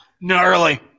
gnarly